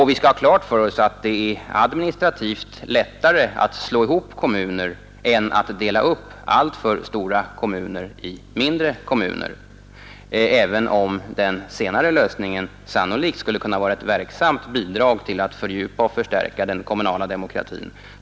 Vi skall ha klart för oss att det är administrativt lättare att slå ihop kommuner än att dela upp alltför stora kommuner i mindre kommuner, även om den senare lösningen sannolikt skulle kunna vara ett verksamt bidrag för att fördjupa och förstärka den kommunala demokratin.